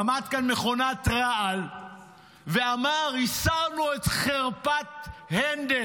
עמד כאן מכונת רעל ואמר: הסרנו את חרפת הנדל.